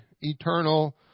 eternal